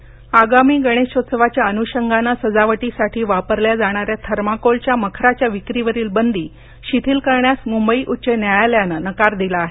thermocol आगामी गणेशोत्सवाच्या अनुषंगानं सजावटीसाठी वापरल्या जाणा या थर्माकोलच्या मखरांच्या विक्रीवरील बंदी शिथील करण्यास मुंबई उच्च न्यायालयानं नकार दिला आहे